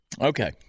Okay